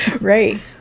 right